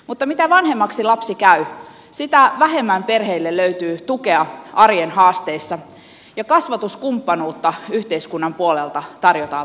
mutta mitä vanhemmaksi lapsi käy sitä vähemmän perheille löytyy tukea arjen haasteissa ja kasvatuskumppanuutta yhteiskunnan puolelta tarjotaan varsin vähän